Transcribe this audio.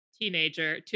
teenager